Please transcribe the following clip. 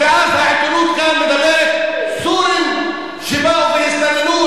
ואז העיתונות כאן מדברת: סורים שבאו והסתננו,